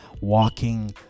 walking